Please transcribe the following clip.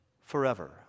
forever